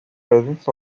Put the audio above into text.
presence